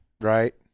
Right